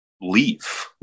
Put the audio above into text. leave